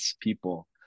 people